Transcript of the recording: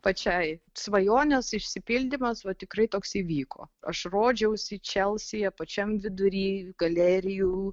pačiai svajonės išsipildymas va tikrai toks įvyko aš rodžiausi čelsyje pačiam vidury galerijų